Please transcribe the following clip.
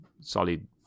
solid